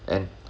and